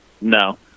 No